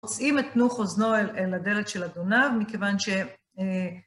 פוצעים את תנוך אוזנו על הדלת של אדוניו, מכיוון ש...